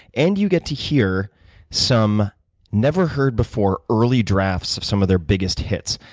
and you get to hear some never heard before early drafts of some of their biggest hits,